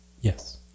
Yes